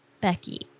Becky